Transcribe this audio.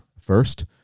first